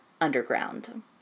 underground